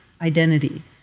identity